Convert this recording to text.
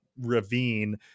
ravine